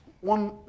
One